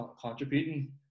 contributing